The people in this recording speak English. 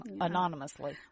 anonymously